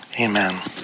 Amen